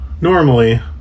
normally